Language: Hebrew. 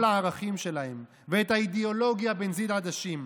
הערכים שלהם ואת האידיאולוגיה בנזיד עדשים.